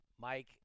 Mike